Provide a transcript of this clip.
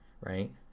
right